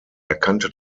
erkannte